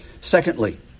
Secondly